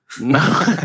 No